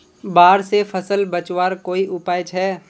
बाढ़ से फसल बचवार कोई उपाय छे?